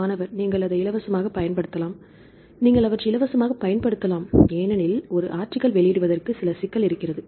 மாணவர் நீங்கள் அதை இலவசமாக பயன்படுத்தலாம் நீங்கள் அவற்றை இலவசமாக பயன்படுத்தலாம் ஏனெனில் ஒரு ஆர்டிகில் வெளியிடுவதற்கு சில சிக்கல் இருக்கிறது